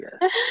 yes